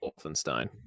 Wolfenstein